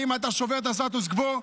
האם אתה שובר את הסטטוס קוו?